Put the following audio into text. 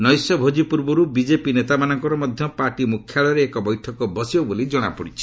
ନୈଶ ଭୋଜି ପୂର୍ବରୁ ବିକେପି ନେତାମାନଙ୍କର ମଧ୍ୟ ପାର୍ଟି ମୁଖ୍ୟାଳୟରେ ଏକ ବୈଠକ ବସିବ ବୋଲି ଜଣାପଡ଼ି ଛି